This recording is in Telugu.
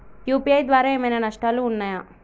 యూ.పీ.ఐ ద్వారా ఏమైనా నష్టాలు ఉన్నయా?